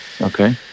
Okay